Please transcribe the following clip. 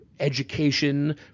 Education